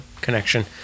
connection